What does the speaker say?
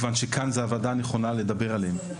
מכיוון שכאן זה הוועדה הנכונה לדבר עליהם.